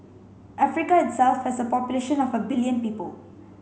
Africa itself has a population of a billion people